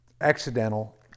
accidental